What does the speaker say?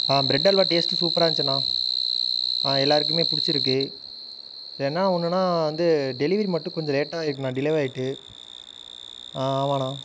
ஆ bread halwa taste சூப்பராக இருந்திச்சுண்ணா ஆ எல்லாருக்குமே பிடிச்சிருக்கு என்ன ஒன்றுன்னா வந்து டெலிவரி மட்டும் கொஞ்சம் லேட்டாயிருக்குண்ணா டிலேவாயிட்டு ஆ ஆமாண்ணா